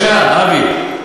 תודה רבה.